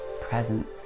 presence